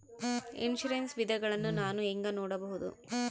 Insurance ವಿಧಗಳನ್ನ ನಾನು ಹೆಂಗ ನೋಡಬಹುದು?